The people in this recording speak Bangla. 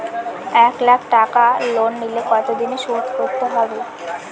এক লাখ টাকা লোন নিলে কতদিনে শোধ করতে হবে?